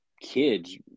kids